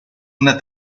una